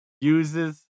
uses